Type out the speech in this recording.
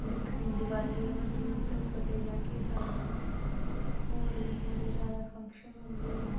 दिक्खने दिवाली अवा दी ओत्त उप्पर लेई लैगे साड़ियां होर बी बड़े ज्यादा फंक्शन होंदे